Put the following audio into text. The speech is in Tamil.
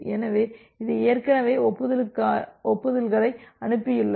எனவே இது ஏற்கனவே ஒப்புதல்களை அனுப்பியுள்ளது